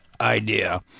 idea